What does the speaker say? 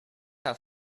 how